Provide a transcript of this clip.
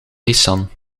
nissan